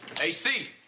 AC